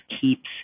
keeps